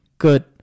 good